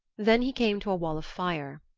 then he came to a wall of fire.